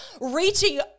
reaching